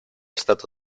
stato